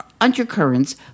undercurrents